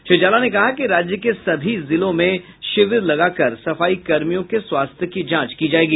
श्री जाला ने कहा कि राज्य के सभी जिलों में शिविर लगाकर सफाईकर्मियों के स्वास्थ्य की जांच की जायेगी